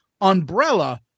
umbrella